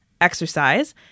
exercise